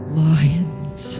lions